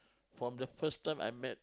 from the first time I met